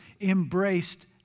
embraced